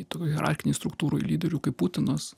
tokioj hierarchinėj struktūroj lyderių kaip putinas